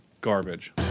garbage